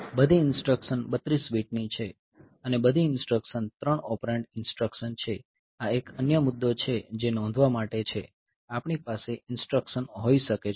બધી ઇન્સટ્રકશન 32 બીટની છે અને બધી ઇન્સટ્રકશન 3 ઓપરેન્ડ ઇન્સટ્રકશન છે આ એક અન્ય મુદ્દો છે જે નોંધવા માટે છે આપણી પાસે ઇન્સટ્રકશન હોઈ શકે છે